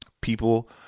people